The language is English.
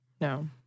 No